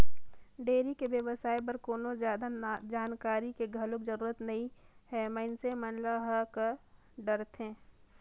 dairy के बेवसाय बर कोनो जादा जानकारी के घलोक जरूरत नइ हे मइनसे मन ह कर डरथे